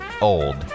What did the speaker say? old